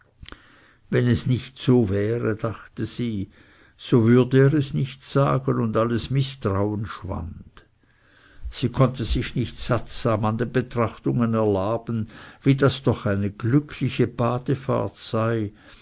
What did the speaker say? wenn es nicht so wäre dachte sie so würde er es nicht sagen und alles mißtrauen schwand sie konnte sich nicht sattsam an den betrachtungen erlaben wie das doch eine glückliche badefahrt sei